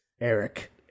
Eric